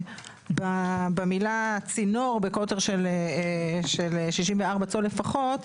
במילה "ציבור בקוטר של 64 צול לפחות",